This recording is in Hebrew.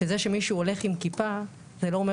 שזה שמישהו הולך עם כיפה זה לא אומר